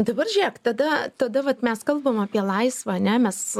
dabar žiūrėk tada tada vat mes kalbam apie laisvą ane mes